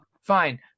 Fine